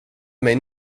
mig